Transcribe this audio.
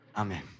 Amen